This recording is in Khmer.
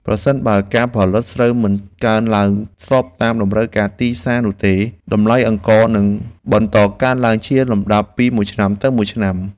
ប្រសិនបើការផលិតស្រូវមិនកើនឡើងស្របតាមតម្រូវការទីផ្សារទេនោះតម្លៃអង្ករនឹងបន្តកើនឡើងជាលំដាប់ពីមួយឆ្នាំទៅមួយឆ្នាំ។